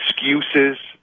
excuses